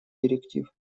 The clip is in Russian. директив